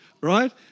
right